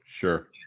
Sure